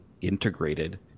integrated